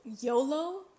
YOLO